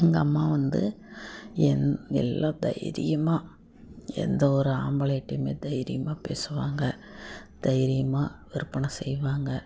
எங்கள் அம்மா வந்து என் எல்லாம் தைரியமாக எந்த ஒரு ஆம்பளைட்டையுமே தைரியமாக பேசுவாங்க தைரியமாக விற்பனை செய்வாங்க